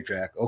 Jack